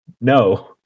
No